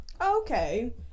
Okay